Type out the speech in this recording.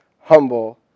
humble